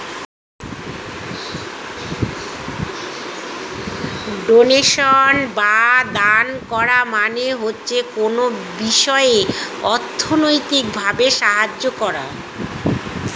donation বা দান করা মানে হচ্ছে কোনো বিষয়ে অর্থনৈতিক ভাবে সাহায্য করা